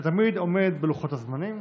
שתמיד עומד בלוחות הזמנים,